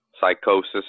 psychosis